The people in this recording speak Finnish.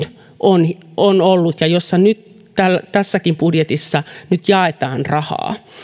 on on ollut ja josta nyt tässäkin budjetissa jaetaan rahaa